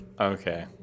Okay